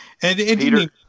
Peter